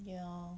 ya